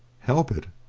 help it?